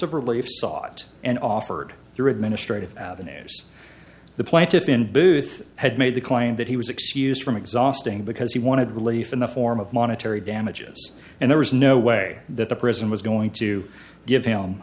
of relief sought and offered through administrative avenues the plaintiff in booth had made the claim that he was excused from exhausting because he wanted relief in the form of monetary damages and there was no way that the prison was going to give him